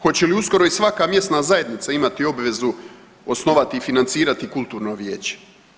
Hoće li uskoro i svaka mjesna zajednica imati obvezu osnovati i financirati kulturno vijeće?